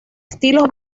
estilos